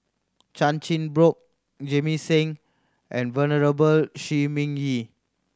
Chan Chin Bock Jamit Singh and Venerable Shi Ming Yi